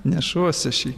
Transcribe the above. nešuosiaš jį